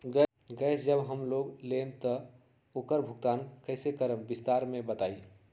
Gas जब हम लोग लेम त उकर भुगतान कइसे करम विस्तार मे बताई?